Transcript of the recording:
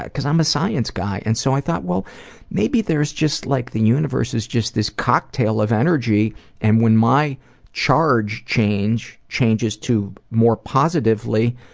ah cause i'm a science guy and so i thought well maybe theres just like the universe is just like this cocktail of energy and when my charge change changes to more positively,